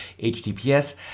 HTTPS